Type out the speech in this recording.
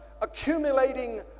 accumulating